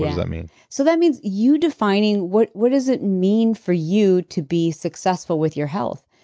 does that mean? so that means you defining what what does it mean for you to be successful with your health?